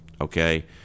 okay